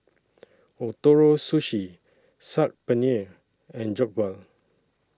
Ootoro Sushi Saag Paneer and Jokbal